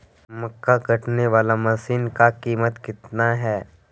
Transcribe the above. मक्का कटने बाला मसीन का कीमत कितना है?